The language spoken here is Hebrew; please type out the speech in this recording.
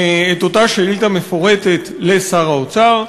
את אותה שאילתה מפורטת, את שר האוצר,